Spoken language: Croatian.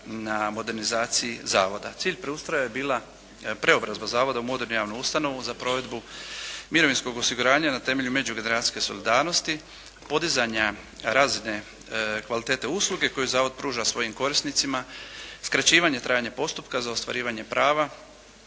na modernizaciji Zavoda. Cilj preustroja je bila preobrazba Zavoda u modernu jednu ustanovu za provedbu mirovinskog osiguranja na temelju međugeneracijske solidarnosti, podizanja razine kvalitete usluge koju Zavod pruža svojim korisnicima, skraćivanje trajanja postupka za ostvarivanje prava